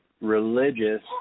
religious